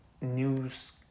news